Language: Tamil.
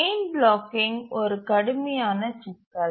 செயின் பிளாக்கிங் ஒரு கடுமையான சிக்கல்